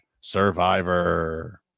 survivor